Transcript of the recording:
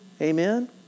Amen